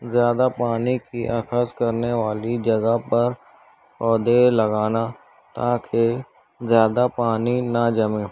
زیادہ پانی کی اخذ کرنے والی جگہ پر پودے لگانا تاکہ زیادہ پانی نہ جمے